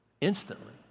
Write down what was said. Instantly